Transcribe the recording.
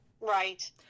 Right